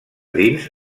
dins